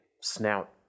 snout